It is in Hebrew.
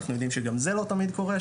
אנחנו יודעים שגם זה לא תמיד קורה,